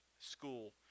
school